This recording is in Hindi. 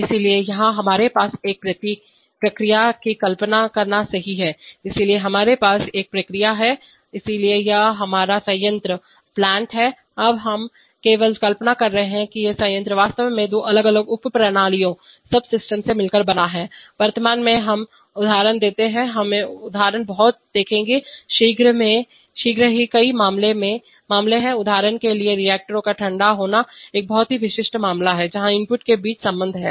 इसलिए यहाँ हमारे पास एक प्रक्रिया की कल्पना करना सही है इसलिए यहाँ हमारे पास एक प्रक्रिया है इसलिए यह हमारा संयंत्र है अब हम केवल कल्पना कर रहे हैं कि संयंत्र वास्तव में दो अलग अलग उप प्रणालियों से मिलकर बना है वर्तमान में हम उदाहरण देखते हैं हम उदाहरण बहुत देखेंगे शीघ्र ही कई मामले हैं उदाहरण के लिए रिएक्टरों का ठंडा होना एक बहुत ही विशिष्ट मामला है जहां इनपुट के बीच संबंध है